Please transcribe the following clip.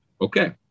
Okay